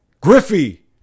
Griffey